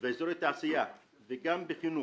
אזורי תעשייה וחינוך.